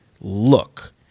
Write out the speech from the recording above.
look